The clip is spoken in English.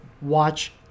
watch